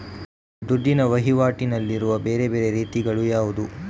ದುಡ್ಡಿನ ವಹಿವಾಟಿನಲ್ಲಿರುವ ಬೇರೆ ಬೇರೆ ರೀತಿಗಳು ಯಾವುದು?